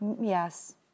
Yes